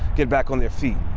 get back on their feet.